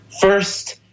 first